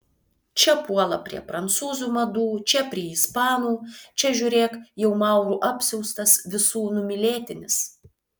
čia puola prie prancūzų madų čia prie ispanų čia žiūrėk jau maurų apsiaustas visų numylėtinis